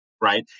right